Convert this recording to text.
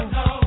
no